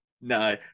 no